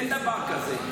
אין דבר כזה.